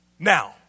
Now